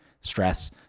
stress